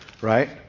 right